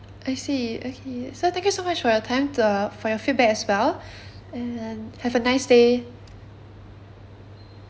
I see okay so thank you so much for your time to err for your feedback as well and have a nice day